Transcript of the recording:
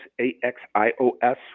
A-X-I-O-S